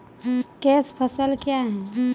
Cash फसल क्या हैं?